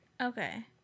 Okay